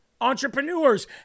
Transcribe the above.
entrepreneurs